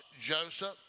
Joseph